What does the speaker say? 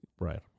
Right